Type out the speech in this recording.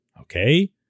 Okay